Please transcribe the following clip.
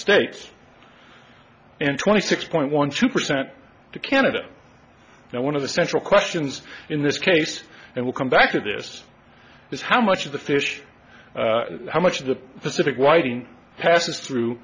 states and twenty six point one two percent to canada now one of the central questions in this case and will come back to this is how much of the fish how much of the pacific whiting passes through